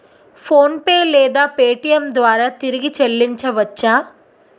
PhonePe లేదా Paytm ద్వారా తిరిగి చల్లించవచ్చ?